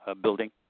building